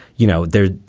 you know, there.